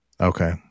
Okay